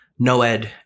Noed